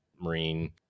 Marine